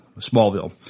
Smallville